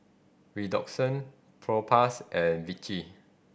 Redoxon Propass and Vichy